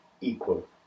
equal